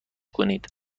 کنید